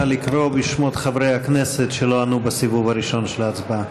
נא לקרוא בשמות חברי הכנסת שלא ענו בסיבוב הראשון של ההצבעה.